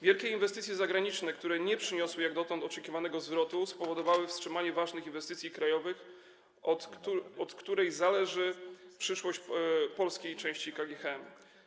Wielkie inwestycje zagraniczne, które nie przyniosły jak dotąd oczekiwanego zwrotu, spowodowały wstrzymanie ważnych inwestycji krajowych, od których zależy przyszłość polskiej części KGHM.